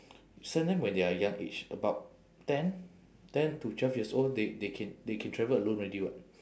send them when they are young age about ten ten to twelve years old they they can they can travel alone already [what]